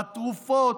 בתרופות,